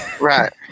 Right